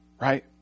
right